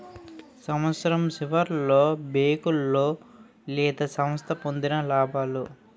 సంవత్సరం సివర్లో బేంకోలు లేదా సంస్థ పొందిన లాబాలు